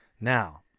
now